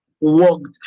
walked